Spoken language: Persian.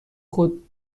خود